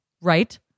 Right